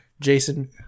Jason